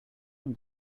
from